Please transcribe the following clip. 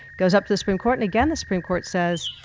goes up to the supreme court, and again the supreme court says,